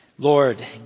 Lord